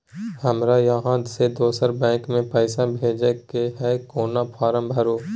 हमरा इहाँ से दोसर बैंक में पैसा भेजय के है, कोन फारम भरू?